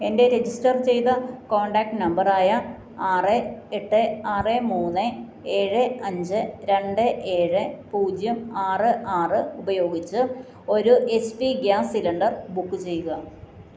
എൻ്റെ രജിസ്റ്റർ ചെയ്ത contact number ആയ ആറ് എട്ട് ആറ് മൂന്ന് ഏഴ് അഞ്ച് രണ്ട് ഏഴ് പൂജ്യം ആറ് ആറ് ഉപയോഗിച്ച് ഒരു H P gas cylinder book ചെയ്യുക